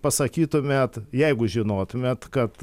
pasakytumėt jeigu žinotumėt kad